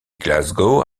glasgow